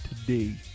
today